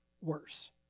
worse